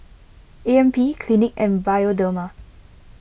A M P Clinique and Bioderma